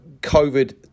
COVID